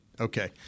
Okay